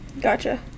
Gotcha